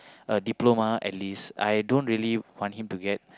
a diploma at least I don't really want him to get